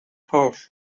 purse